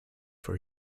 for